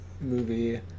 movie